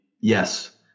yes